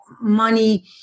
money